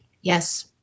Yes